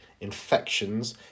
infections